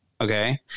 okay